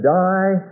die